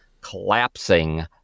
collapsing